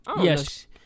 Yes